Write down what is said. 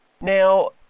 Now